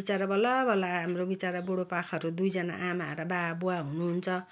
बिचरी बल्लबल्ल हाम्रो बिचरा बुढोपाकाहरू दुईजना आमा र बा बुवा हुनुहुन्छ